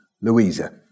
Louisa